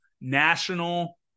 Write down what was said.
national